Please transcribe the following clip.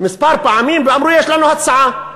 מספר פעמים ואמרו: יש לנו הצעה: